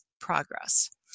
progress